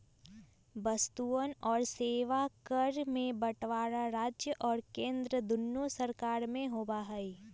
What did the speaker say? वस्तुअन और सेवा कर के बंटवारा राज्य और केंद्र दुन्नो सरकार में होबा हई